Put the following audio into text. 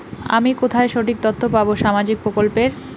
আমি কোথায় সঠিক তথ্য পাবো সামাজিক প্রকল্পের?